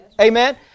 Amen